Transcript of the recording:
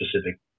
specific